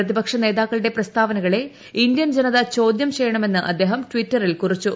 പ്രതിപക്ഷ നേതാക്കളുടെ പ്രസ്താവനകളെ ഇന്ത്യൻ ജനത ചോദ്യം ചെയ്യണമെന്ന് അദ്ദേഹം ട്വിറ്ററിൽ കുറിച്ചു